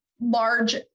large